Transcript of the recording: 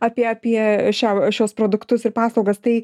apie apie šią šiuos produktus ir paslaugas tai